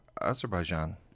Azerbaijan